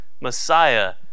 Messiah